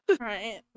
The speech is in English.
Right